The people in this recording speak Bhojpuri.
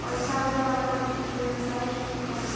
पईसा आवे वाला खेती के व्यावसायिक खेती कहल जाला